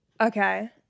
okay